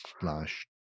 slash